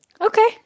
Okay